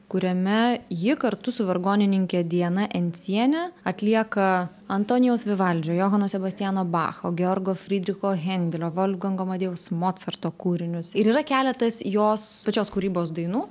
kuriame ji kartu su vargonininke diana enciene atlieka antonijaus vivaldžio johano sebastiano bacho georgo frydricho hendelio volfgango amadėjaus mocarto kūrinius ir yra keletas jos pačios kūrybos dainų